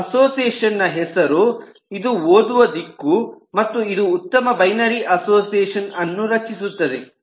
ಇದು ಅಸೋಸಿಯೇಷನ್ ನ ಹೆಸರು ಇದು ಓದುವ ದಿಕ್ಕು ಮತ್ತು ಇದು ಉತ್ತಮ ಬೈನರಿ ಅಸೋಸಿಯೇಷನ್ ಅನ್ನು ರಚಿಸುತ್ತಿದೆ